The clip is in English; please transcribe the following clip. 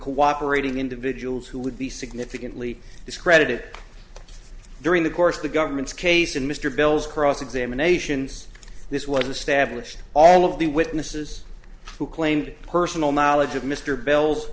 cooperating individuals who would be significantly discredited during the course of the government's case and mr bell's cross examinations this was established all of the witnesses who claimed personal knowledge of mr bell